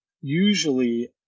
usually